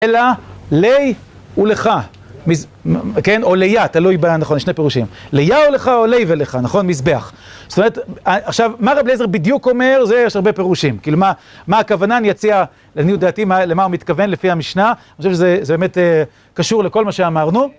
אלא, לי ולך, כן, או ליה, תלוי בין, נכון, יש שני פירושים. ליה או לך, או לי ולך, נכון, מזבח. זאת אומרת, עכשיו, מה רב אליעזר בדיוק אומר, זה, יש הרבה פירושים. כאילו, מה הכוונה, אני אציע, לעניות דעתי, למה הוא מתכוון, לפי המשנה, אני חושב שזה באמת קשור לכל מה שאמרנו.